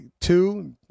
two